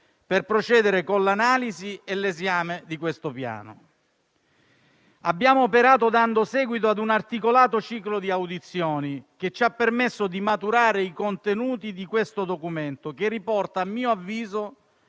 per procedere all'analisi e all'esame del Piano. Abbiamo operato dando seguito a un articolato ciclo di audizioni che ci ha permesso di maturare i contenuti di questo documento che riporta, a mio avviso,